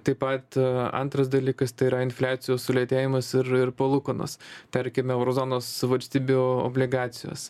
taip pat antras dalykas tai yra infliacijos sulėtėjimas ir palūkanos tarkime euro zonos valstybių obligacijos